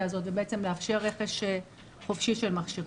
הזאת ולאפשר רכש חופשי של מכשירים.